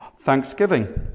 Thanksgiving